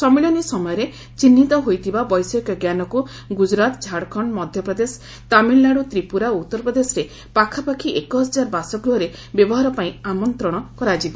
ସମ୍ମିଳନୀ ସମୟରେ ଚିହ୍ନିତ ହୋଇଥିବା ବୈଷୟିକ ଜ୍ଞାନକୁ ଗୁଜ୍ଜୁରାତ ଝାଡଖଣ୍ଡ ମଧ୍ୟପ୍ରଦେଶ ତାମିଲନାଡ଼ୁ ତ୍ରିପୁରା ଓ ଉତ୍ତରପ୍ରଦେଶରେ ପାଖାପାଖି ଏକହଜାର ବାସଗୃହରେ ବ୍ୟବହାର ପାଇଁ ଆମନ୍ତ୍ରଣ କରାଯିବ